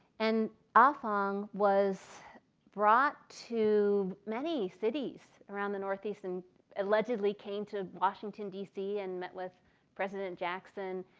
and afong was brought to many cities around the northeast and allegedly came to washington dc and met with president jackson.